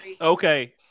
okay